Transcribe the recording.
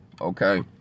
okay